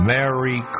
Merry